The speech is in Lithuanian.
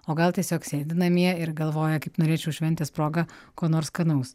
o gal tiesiog sėdi namie ir galvoja kaip norėčiau šventės proga ko nors skanaus